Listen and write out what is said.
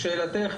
לשאלתך.